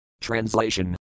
Translation